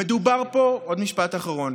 עוד משפט אחרון.